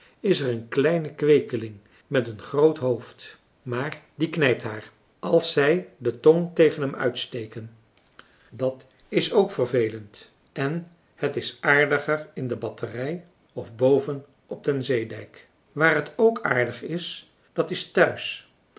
is er een kleine kweekeling met een groot hoofd maar die knijpt haar als zij de tong tegen hem uitsteken dat is ook vervelend en het is aardiger in de batterij of boven op den zeedijk waar het ook aardig is dat is thuis